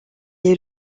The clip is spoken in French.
est